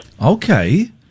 Okay